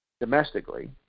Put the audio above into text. domestically